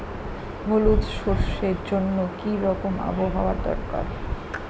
হলুদ সরষে জন্য কি রকম আবহাওয়ার দরকার?